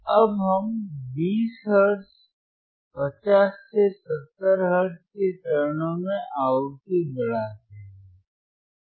अब हम 20 हर्ट्ज 50 से 70 हर्ट्ज के चरणों में आवृत्ति बढ़ाते हैं